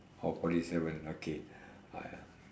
oh forty seven okay I